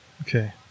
Okay